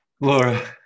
laura